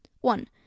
One